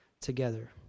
together